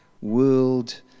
world